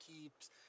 keeps